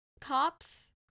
cops